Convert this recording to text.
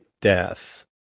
death